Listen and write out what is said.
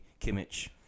Kimmich